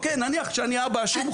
נניח שאני אבא עשיר,